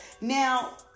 now